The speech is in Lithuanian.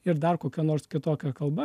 ir dar kokia nors kitokia kalba